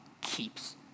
keeps